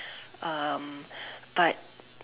um but